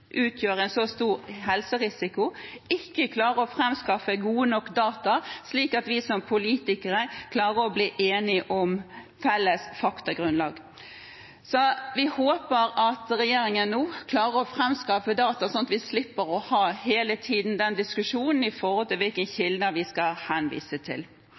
utgjør en så stor helserisiko, ikke klarer å framskaffe gode nok data, slik at vi politikere klarer å bli enige om felles faktagrunnlag. Vi håper at regjeringen nå klarer å framskaffe data, slik at vi hele tiden slipper å ha diskusjonen om hvilke kilder vi skal henvise til.